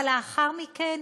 אבל לאחר מכן